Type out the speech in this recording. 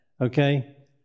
okay